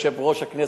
יושב-ראש הכנסת,